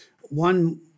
one